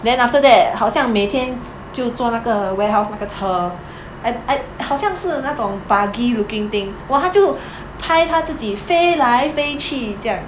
then after that 好像每天就做那个 warehouse 那个车 I I 好像是那种 buggy looking thing !wah! 他就拍他自己飞来飞去这样